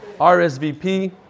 RSVP